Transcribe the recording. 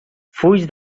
fulls